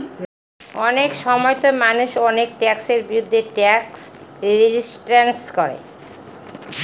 অনেক সময়তো মানুষ অনেক ট্যাক্সের বিরুদ্ধে ট্যাক্স রেজিস্ট্যান্স করে